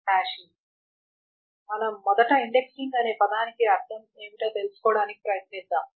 మనం మొదట ఇండెక్సింగ్ అనే పదానికి అర్థం ఏమిటో తెలుసుకోవడానికి ప్రయత్నిద్దాము